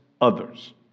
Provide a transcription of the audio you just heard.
others